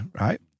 right